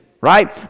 right